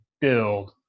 build